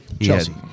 Chelsea